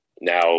now